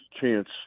chance